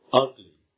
ugly